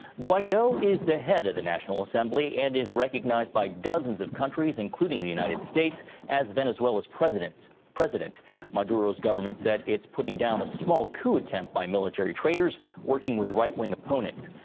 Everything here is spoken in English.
guaido is the head of the national assembly and is recognized by dozens of countries including the united states as venezuela's president. maduro's government said it's putting down a small coup attempt by military traders working with right wing opponents.